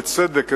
בצדק,